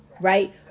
right